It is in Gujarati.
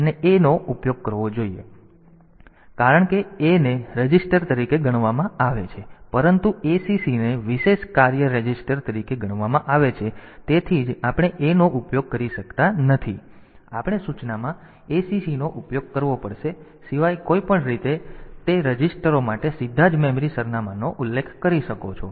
તેથી A નો ઉપયોગ કરી શકાતો નથી કારણ કે A ને રજીસ્ટર તરીકે ગણવામાં આવે છે પરંતુ acc ને વિશેષ કાર્ય રજીસ્ટર તરીકે ગણવામાં આવે છે તેથી જ આપણે A નો ઉપયોગ કરી શકતા નથી પરંતુ આપણે સૂચનામાં acc નો ઉપયોગ કરવો પડશે સિવાય કોઈપણ રીતે તે તમે તે રજીસ્ટરો માટે સીધા જ મેમરી સરનામાંનો ઉલ્લેખ કરી શકો છો